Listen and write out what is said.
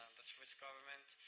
the swiss government,